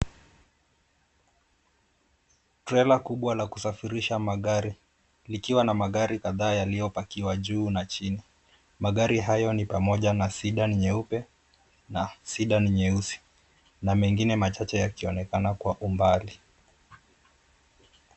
Trela kubwa la kusafirisha magari, likiwa na magari kadhaa yaliyopakiwa juu na chini, magari hayo ni pamoja na sedan nyeupe na sedan nyeusi na mengine machache yakionekana kwa umbali.